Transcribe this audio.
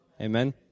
Amen